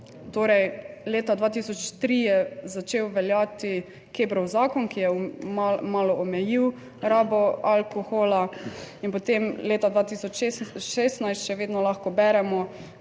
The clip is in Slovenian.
torej leta 2003 je začel veljati Kebrov zakon, ki je malo omejil rabo alkohola in potem leta 2016 še vedno lahko beremo